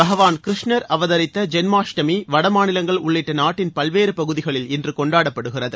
பகவான் கிருஷ்ணர் அவதரித்த ஜென்மாஷ்டமி வடமாநிலங்கள் உள்ளிட்ட நாட்டின் பல்வேறு பகுதிகளில் இன்று கொண்டாடப்படுகிறது